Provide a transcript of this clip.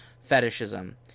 Fetishism